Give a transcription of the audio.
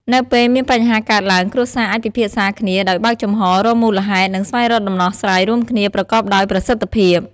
នៅពេលមានបញ្ហាកើតឡើង គ្រួសារអាចពិភាក្សាគ្នាដោយបើកចំហរ រកមូលហេតុ និងស្វែងរកដំណោះស្រាយរួមគ្នាប្រកបដោយប្រសិទ្ធភាព។